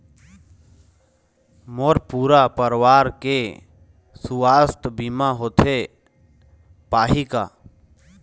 मोर पूरा परवार के सुवास्थ बीमा होथे पाही का?